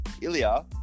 Ilya